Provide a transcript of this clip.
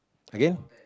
again